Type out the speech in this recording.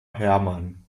hermann